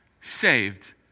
saved